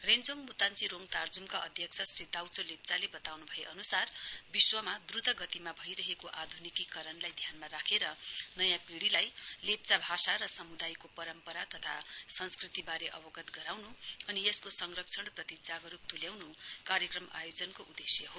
रेञ्नोङ मुताश्ची रोङ तार्जुमका अध्यक्ष श्री दाउचो लेप्चाले वताउनु भए अनुसार विश्वमा द्वत गतिमा भईरहेको आधुनिकीकरणलाई ध्यानमा राखेर नयाँ पीढ़िलाई लेप्चा भाषा र समुदायको परम्परा तथा संस्कृतिवारे अवगत गराउनु अनि यसको संरक्षणप्रति जागरुक तुल्याउनु कार्यक्रम आयोजनको उदेश्य हो